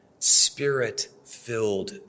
Spirit-filled